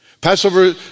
Passover